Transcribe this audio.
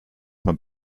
man